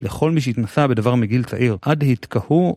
לכל מי שהתנסה בדבר מגיל צעיר עד התכהו